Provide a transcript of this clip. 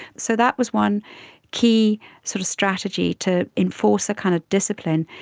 so that was one key sort of strategy to enforce a kind of discipline.